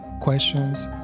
questions